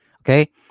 Okay